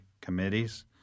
committees